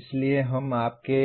इसलिए हम आपको